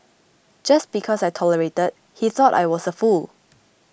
just because I tolerated he thought I was a fool